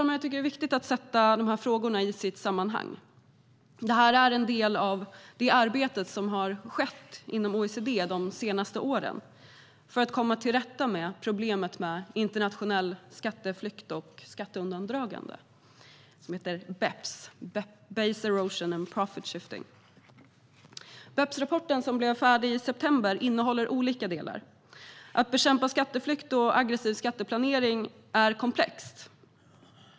Jag tycker att det är viktigt att sätta frågorna i sitt sammanhang. Det här är en del av det arbete som har skett inom OECD de senaste åren för att komma till rätta med problemen med internationell skatteflykt och skatteundandragande - BEPS, base erosion and profit shifting. BEPS-rapporten, som blev färdig i september, innehåller olika delar. Att bekämpa skatteflykt och aggressiv skatteplanering är komplext.